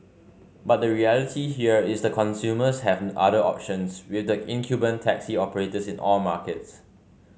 but the reality here is that consumers have other options with the incumbent taxi operators in all markets